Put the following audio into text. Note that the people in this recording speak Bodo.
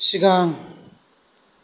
सिगां